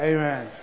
Amen